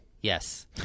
Yes